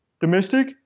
domestic